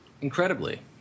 Incredibly